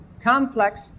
complex